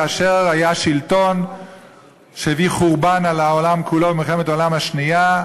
כאשר היה שלטון שהביא חורבן על העולם כולו במלחמת העולם השנייה,